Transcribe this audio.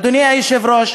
אדוני היושב-ראש,